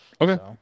Okay